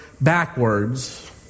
backwards